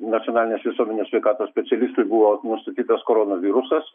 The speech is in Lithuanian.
nacionalinės visuomenės sveikatos specialistui buvo nustatytas koronavirusas